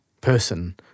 person